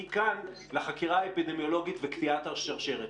מכאן לחקירה האפידמיולוגית וקטיעת השרשרת.